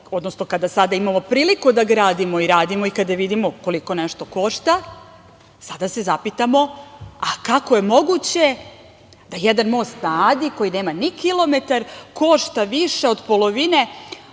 odnosno sada kada imamo priliku da gradimo i radimo i kada vidimo koliko nešto košta, sada se zapitamo, a, kako je moguće da jedan most na Adi, koji nema ni kilometar, košta više od polovine